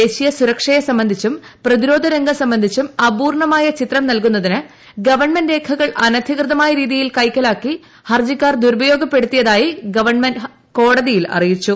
ദേശീയ സുരക്ഷയെ സംബന്ധിച്ചും പ്രതിരോധ രംഗം സംബന്ധിച്ചും അപൂർണ്ണമായ ചിത്രം നൽകുന്നതിന് ഗവൺമെന്റ് രേഖകൾ അനധികൃതമായ രീതിയിൽ കൈക്കലാക്കി ഹർജിക്കാർ ദുരുപയോഗപ്പെടുത്തി ഗവൺമെന്റ് കോടതിയിൽ അറിയിച്ചു